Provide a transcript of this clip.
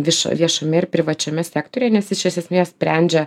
viš viešame ir privačiame sektoriuje nes iš esmės sprendžia